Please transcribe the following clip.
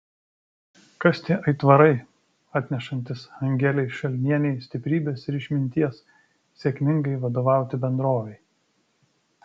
kas tie aitvarai atnešantys angelei šalnienei stiprybės ir išminties sėkmingai vadovauti bendrovei